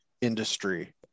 industry